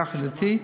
יחד אתי,